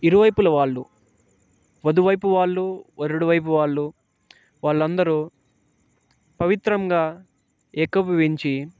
ఇరువైపుల వాళ్ళు వధువైపు వాళ్ళు వరుడు వైపు వాళ్ళు వాళ్ళందరూ పవిత్రంగా ఏకిభవించి